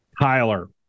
Tyler